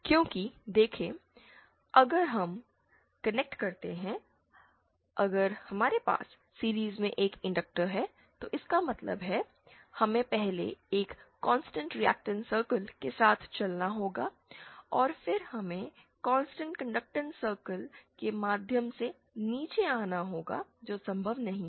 क्योंकि देखें अगर हम कनेक्ट करते हैं अगर हमारे पास सीरीज़ में एक इनडक्टर है तो इसका मतलब है कि हमें पहले एक कॉन्सटेंट रिएक्टेंस सर्कल के साथ चलना होगा और फिर हमें कांस्टेंट कंडक्टेंस सर्कल के माध्यम से नीचे आना होगा जो संभव नहीं है